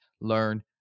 learn